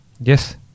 Yes